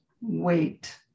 wait